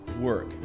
work